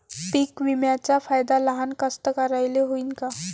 पीक विम्याचा फायदा लहान कास्तकाराइले होईन का?